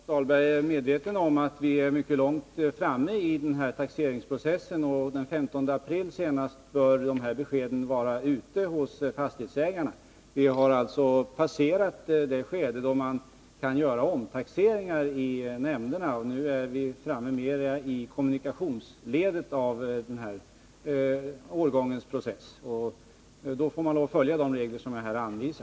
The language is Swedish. Fru talman! Jag är övertygad om att Rolf Dahlberg är medveten om att vi är mycket långt framme i taxeringsprocessen. De här beskeden bör vara ute hos fastighetsägarna senast den 15 april. Vi har alltså passerat det skede då man kan göra omtaxeringar i nämnderna. Vi är nu framme i kommunikationsledet. Därför måste de regler som jag här har redovisat gälla.